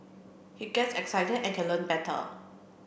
he gets excited and can learn better